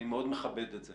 אני מאוד מכבד את זה